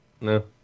No